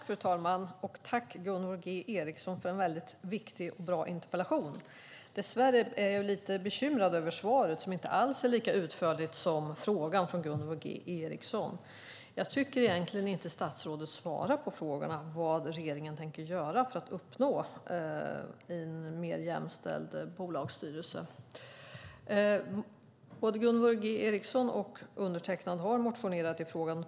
Fru talman! Tack, Gunvor G Ericson, för en viktig och bra interpellation! Dess värre är jag lite bekymrad över svaret som inte alls är lika utförligt som frågan från Gunvor G Ericson. Jag tycker egentligen inte att statsrådet svarar på frågan vad regeringen tänker göra för att uppnå mer jämställda bolagsstyrelser. Gunvor G Ericson och undertecknad har motionerat i frågan.